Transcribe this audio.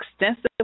extensive